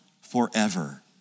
forever